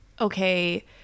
okay